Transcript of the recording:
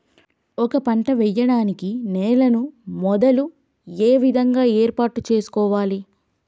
ఒక పంట వెయ్యడానికి నేలను మొదలు ఏ విధంగా ఏర్పాటు చేసుకోవాలి?